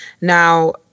Now